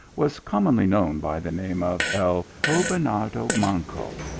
was commonly known by the name of el gobernador manco,